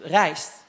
reist